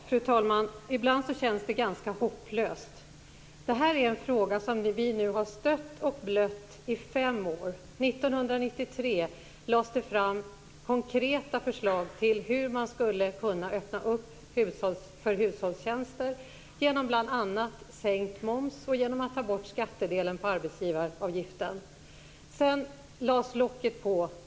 Fru talman! Ibland känns det ganska hopplöst. Det här är en fråga som vi nu har stött och blött i fem år. 1993 lades det fram konkreta förslag till hur man skulle kunna öppna för hushållstjänster genom bl.a. sänkt moms och genom att ta bort skattedelen på arbetsgivaravgiften. Sedan lades locket på.